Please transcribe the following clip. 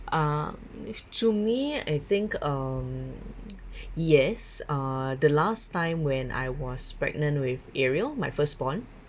uh to me I think um yes uh the last time when I was pregnant with ariel my firstborn